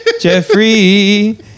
Jeffrey